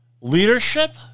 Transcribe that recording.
leadership